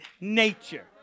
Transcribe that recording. nature